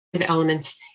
elements